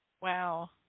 Wow